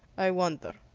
i wonder,